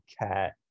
cat